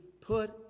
put